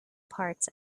parts